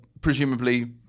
presumably